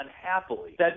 unhappily